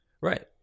Right